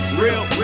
real